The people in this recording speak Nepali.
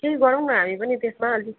केही गरौँ न हामी पनि त्यसमा अनि